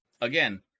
again